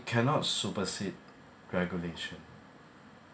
cannot supersede regulation